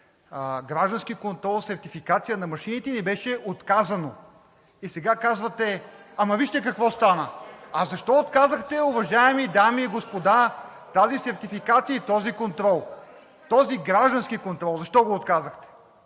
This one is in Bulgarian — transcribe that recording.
граждански контрол и сертификация на машините, но ни беше отказано. А сега казвате: ама, вижте какво стана! Защо отказахте, уважаеми дами и господа, тази сертификация и този контрол? Този граждански контрол защо го отказахте?